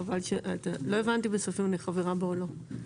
לא הבנתי אם אני חברה בה או לא.